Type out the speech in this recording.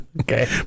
Okay